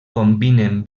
combinen